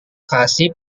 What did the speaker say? kasih